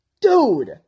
Dude